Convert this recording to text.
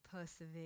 persevere